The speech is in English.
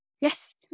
Yes